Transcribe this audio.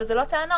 ואלו לא טענות,